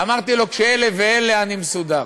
אמרתי לו: כשאלה ואלה, אני מסודר.